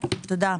תודה.